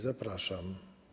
Zapraszam.